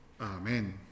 Amen